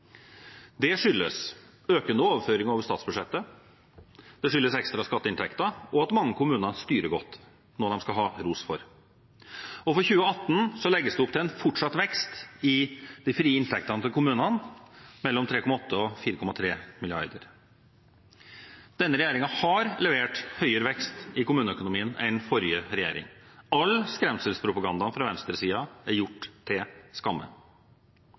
Det skyldes økende overføringer over statsbudsjettet, det skyldes ekstra skatteinntekter og at mange kommuner styrer godt, noe de skal ha ros for. For 2018 legges det opp til en fortsatt vekst i de frie inntektene til kommunene, mellom 3,8 og 4,3 mrd. kr. Denne regjeringen har levert større vekst i kommuneøkonomien enn forrige regjering. All skremselspropagandaen fra venstresiden er gjort til skamme.